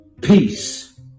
peace